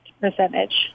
percentage